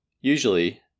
Usually